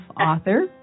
author